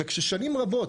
וכששנים רבות